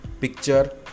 picture